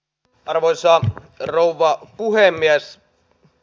arvoisa rouva puhemies